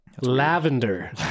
Lavender